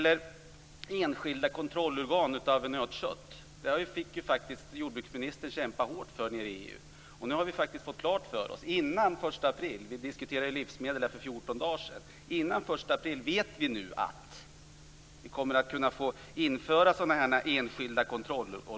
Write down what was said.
Enskilda kontrollorgan för nötkött fick jordbruksministern kämpa hårt för i EU. Nu har vi fått klart för oss att före 1 april vet vi att vi kommer att kunna få införa sådana här enskilda kontrollorgan.